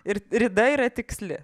ir rida yra tiksli